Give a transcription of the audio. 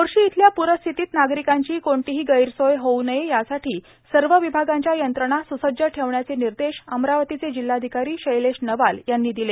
मोर्शी इथल्या प्रस्थितीत नागरिकांची कठलीही गैरसोय होऊ नये यासाठी सर्व विभागांच्या यंत्रणा सुसज्ज ठेवण्याचे निर्देश अमरावतीचे जिल्हाधिकारी शैलेश नवाल यांनी दिले